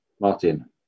Martin